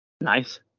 Nice